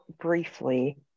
briefly